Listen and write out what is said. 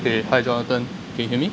!hey! hi jonathan can you hear me